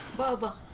baba.